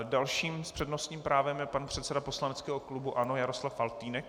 Další s přednostním právem je pan předseda poslaneckého klubu ANO Jaroslav Faltýnek.